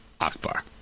akbar